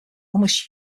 almost